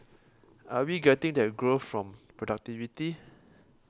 are we getting that growth from productivity